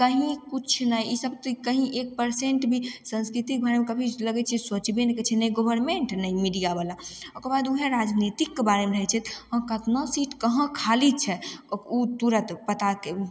कहीँ किछु नहि ई सब तऽ कहीँ एक परसेन्ट भी संस्कृतिमे कभी लगय छै सोचबे नहि करय छै ने गवर्मेन्ट ने मीडियावला ओकरबाद वएह राजनीतिकके बारेमे रहय छै कतना सीट कहाँ खाली छै उ तुरत पता